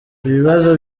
ibibazo